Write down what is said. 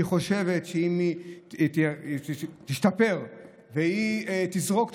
היא חושבת שהיא תשתפר אם היא תזרוק את